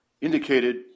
indicated